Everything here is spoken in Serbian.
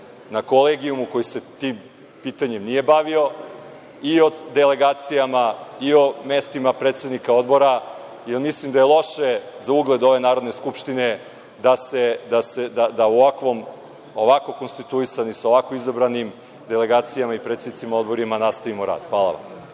na kolegijumu, koji se tim pitanjem nije bavio, i o delegacijama, i o mestima predsednika odbora, jer mislim da je loše za ugled ove Narodne skupštine da ovako konstituisani, sa ovakvim delegacijama i predsednicima odbora, nastavimo rad. Hvala vam.